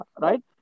right